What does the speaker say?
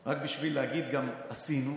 רק בשביל להגיד, גם, "עשינו",